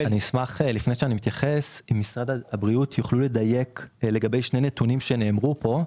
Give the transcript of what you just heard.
אני אשמח אם משרד הבריאות יוכלו לדייק לגבי שני נתונים שנאמרו פה: